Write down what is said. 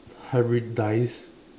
hybridise